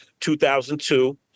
2002